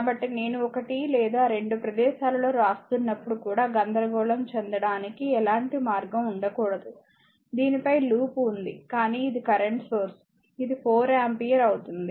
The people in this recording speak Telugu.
కాబట్టి నేను ఒకటి లేదా రెండు ప్రదేశాలలో వ్రాస్తున్నప్పుడు కూడా గందరగోళం చెందడానికి ఎలాంటి మార్గం ఉండకూడదు దీనిపై లూప్ ఉంది కానీ ఇది కరెంట్ సోర్స్ ఇది 4 ఆంపియర్ అవుతుంది